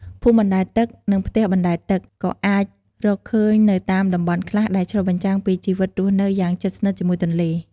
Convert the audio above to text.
ភូមិអណ្ដែតទឹក និងផ្ទះបណ្ដែតទឹកក៏អាចរកឃើញនៅតាមតំបន់ខ្លះ ដែលឆ្លុះបញ្ចាំងពីជីវិតរស់នៅយ៉ាងជិតស្និទ្ធជាមួយទន្លេ។